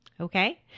Okay